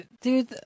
dude